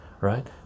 right